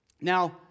Now